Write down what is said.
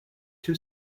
two